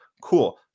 Cool